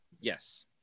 Yes